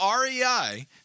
REI